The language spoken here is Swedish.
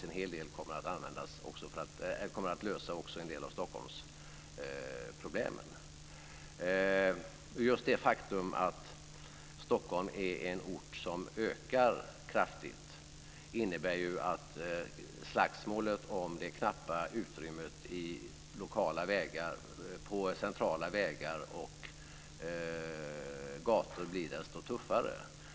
En hel del kommer att lösa också en del av Stockholmsproblemen. Just det faktum att Stockholm är en ort som ökar kraftigt i storlek innebär att slagsmålet om det knappa utrymmet på centrala vägar och gator blir desto tuffare.